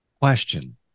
question